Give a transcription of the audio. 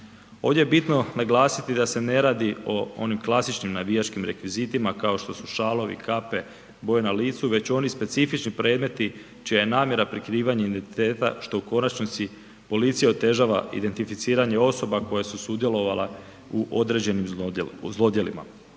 Ovdje je bitno naglasiti da se ne radi o onim klasičnim navijačkim rekvizitima kao što su šalovi, kape, boja na licu, već oni specifični predmeti čija je namjera prikrivanje identiteta što u konačnici policija otežava identificiranje osoba koje su sudjelovale u određenim zlodjelima.